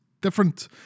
different